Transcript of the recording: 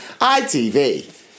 ITV